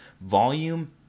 Volume